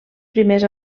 primers